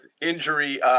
injury